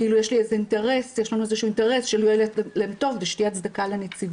כאילו יש לנו איזה שהוא אינטרס שלא יהיה להם טוב ושתהיה הצדקה לנציבות.